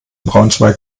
braunschweig